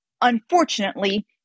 Unfortunately